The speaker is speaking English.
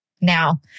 Now